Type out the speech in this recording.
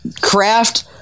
Craft